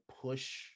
push